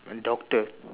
doctor